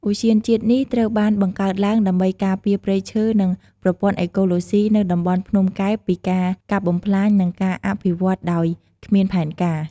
ឧទ្យានជាតិនេះត្រូវបានបង្កើតឡើងដើម្បីការពារព្រៃឈើនិងប្រព័ន្ធអេកូឡូស៊ីនៅតំបន់ភ្នំកែបពីការកាប់បំផ្លាញនិងការអភិវឌ្ឍដោយគ្មានផែនការ។